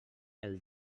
els